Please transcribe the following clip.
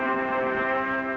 and